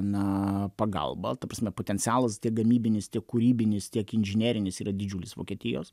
na pagalba ta prasme potencialas tiek gamybinis tiek kūrybinis tiek inžinerinis yra didžiulis vokietijos